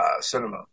cinema